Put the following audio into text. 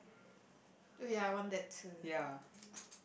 ya